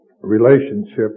relationship